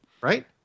right